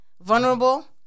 Vulnerable